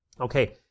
Okay